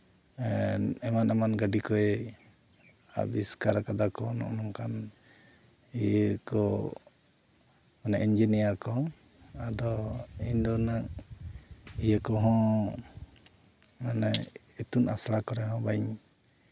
ᱦᱮᱸ ᱮᱢᱟᱱ ᱮᱢᱟᱱ ᱜᱟᱹᱰᱤ ᱠᱚᱭ ᱟ ᱵᱤᱥᱠᱟᱨ ᱠᱟᱫᱟᱠᱚ ᱱᱚᱜᱼᱚᱸᱭ ᱱᱚᱝᱠᱟᱱ ᱤᱭᱟᱹ ᱠᱚ ᱢᱟᱱᱮ ᱤᱧᱡᱤᱱᱤᱭᱟᱨ ᱠᱚ ᱟᱫᱚ ᱤᱧᱫᱚ ᱩᱱᱟᱹᱜ ᱤᱭᱟᱹ ᱠᱚᱦᱚᱸ ᱢᱟᱱᱮ ᱤᱛᱩᱱ ᱟᱥᱲᱟ ᱠᱚᱨᱮ ᱦᱚᱸ ᱵᱟᱹᱧ